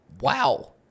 Wow